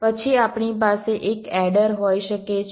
પછી આપણી પાસે એક એડર હોઈ શકે છે